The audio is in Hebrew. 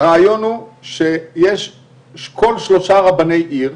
הרעיון הוא שכל שלושה רבני עיר,